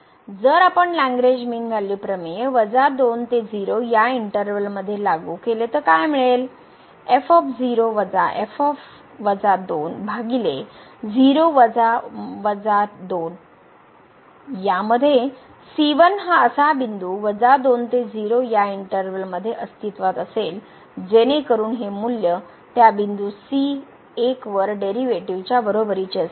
जर आपण Lagrange mean value प्रमेय 2 ते 0 या इंटर्वल मध्ये लागू केले तर काय मिळेल यामध्ये c1 हा असा बिंदू 2 ते 0 या इंटर्वल मध्ये अस्तित्वात असेल जेणेकरून हे मूल्य त्या बिंदू सी 1 वर डेरीवेटीव च्या बरोबरीचे असेल